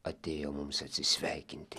atėjo mums atsisveikinti